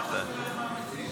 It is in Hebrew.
לא לא, מה שכולם מציעים.